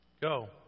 Go